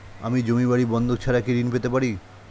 আমি জমি বাড়ি বন্ধক ছাড়া কি ঋণ পেতে পারি?